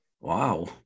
wow